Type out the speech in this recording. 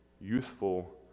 youthful